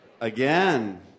Again